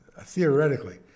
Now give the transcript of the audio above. theoretically